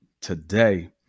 today